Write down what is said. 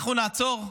אנחנו נעצור,